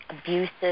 abusive